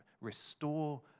restore